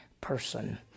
person